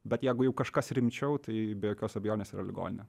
bet jeigu jau kažkas rimčiau tai be jokios abejonės yra ligoninė